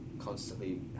Constantly